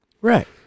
Right